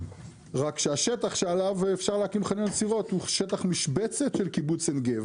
רק שהשטח שעליו אפשר להקים חניון סירות הוא שטח משבצת של קיבוץ עין גב.